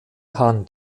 han